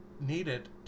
needed